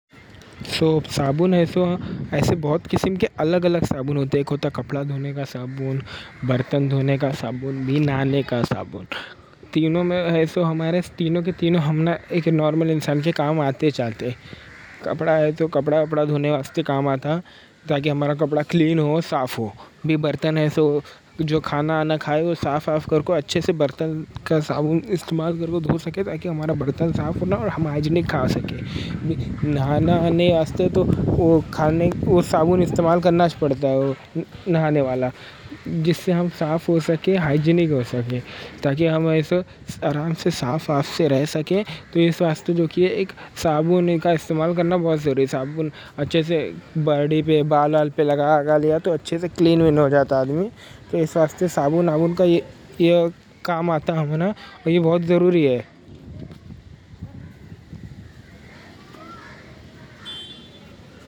صابن ہے سو ایسے بہت قسم کے الگ الگ صابن ہوتے ہیں ایک ہوتا کپڑا دھونے کا صابن، برتن دھونے کا صابن بھی، نہانے کا صابن تینوں ہی سو ہمارے تینوں کے تینوں ہمنا ایک نورمل انسان کے کام آتے کپڑا ہے سو کپڑا کپڑا دھونے واسطے کام آتا، تاکہ ہمارا کپڑا کلین ہو، صاف ہو برتن ہے جو کھانا آنا کھائے، وہ صاف آف کرکو اچھے سے برتن کا صابن استعمال کرکو دھو سکے تاکہ ہمارا برتن صاف ہونا، اور ہم ہائیجینک کھا سکے نہانے آستے تو وہ صابن استعمال کرنا چ پڑتا ہے وہ نہانے والا جس سے ہم صاف ہو سکے، ہائیجینک ہو سکے تاکہ ہم ایسے آرام سے صاف آف سے رہ سکے تو اس واسطے ایک صابن کا استعمال کرنا بہت ضروری صابن اچھے سے باڈی پہ، بال وال پہ لگا لیا تو اچھے سے کلین ہو جاتا آدمی تو اس واسطے صابن کا یہ کام آتا، ہمنا یہ بہت ضروری ہے